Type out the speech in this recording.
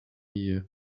year